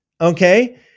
okay